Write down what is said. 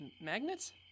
magnets